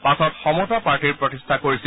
পাছত সমতা পাৰ্টীৰ প্ৰতিষ্ঠা কৰিছিল